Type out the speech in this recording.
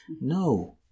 No